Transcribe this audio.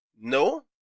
No